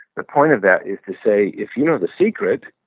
the point of that is to say if you know the secret,